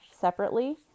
separately